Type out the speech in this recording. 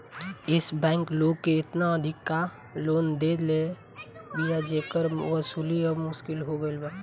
एश bank लोग के एतना अधिका लोन दे देले बिया जेकर वसूली अब मुश्किल हो गईल बाटे